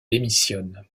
démissionne